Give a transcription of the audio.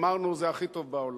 אמרנו: זה הכי טוב בעולם.